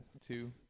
two